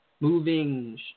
moving